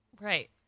right